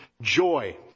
joy